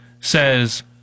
says